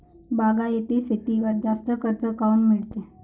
बागायती शेतीवर जास्त कर्ज काऊन मिळते?